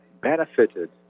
benefited